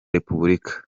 repubulika